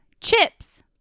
Chips